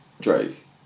Drake